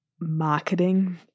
marketing